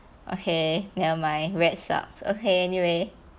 okay nevermind rat sucks okay anyway